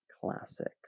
classic